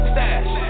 Stash